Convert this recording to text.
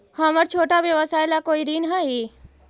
हमर छोटा व्यवसाय ला कोई ऋण हई?